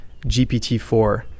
GPT-4